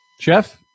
Jeff